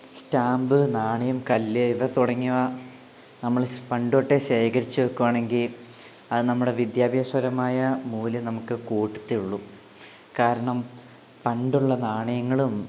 stamp നാണയം കല്ല് ഇവ തുടങ്ങിയവ നമ്മള് പണ്ട് തൊട്ടേ ശേഖരിച്ച് വയ്ക്കുകയാണെങ്കിൽ അത് നമ്മുടെ വിദ്യാഭ്യാസപരമായ മൂല്യം നമുക്ക് കൂട്ടത്തെ ഉള്ളു കാരണം പണ്ടുള്ള നാണയങ്ങളും